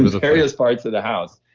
various parts of the house.